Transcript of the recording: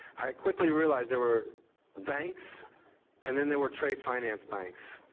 quickly realized there were banks and then there were trade finance banks.